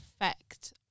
effect